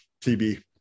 TB